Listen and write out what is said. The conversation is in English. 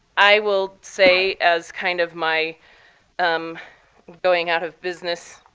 i will say, as kind of my um going out of business